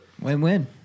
Win-win